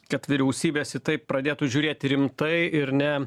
kad vyriausybės į tai pradėtų žiūrėti rimtai ir ne